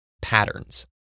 patterns